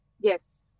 yes